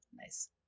Nice